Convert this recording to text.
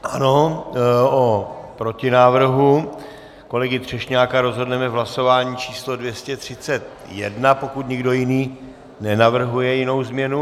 Ano, o protinávrhu kolegy Třešňáka rozhodneme v hlasování číslo 231, pokud někdo jiný nenavrhuje jinou změnu.